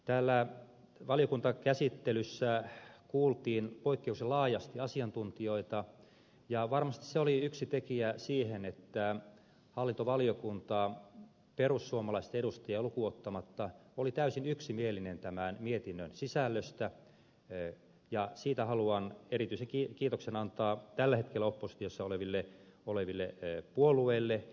täällä valiokuntakäsittelyssä kuultiin poikkeuksellisen laajasti asiantuntijoita ja varmasti se oli yksi tekijä siinä että hallintovaliokunta perussuomalaisten edustajaa lukuun ottamatta oli täysin yksimielinen tämän mietinnön sisällöstä ja siitä haluan erityisen kiitoksen antaa tällä hetkellä oppositiossa oleville puolueille